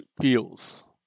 feels